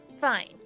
Fine